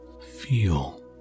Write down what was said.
Feel